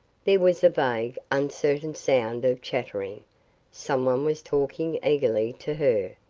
there was a vague, uncertain sound of chattering someone was talking eagerly to her,